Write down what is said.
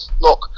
look